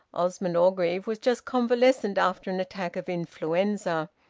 osmond orgreave was just convalescent after an attack of influenza,